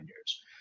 years